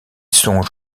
songe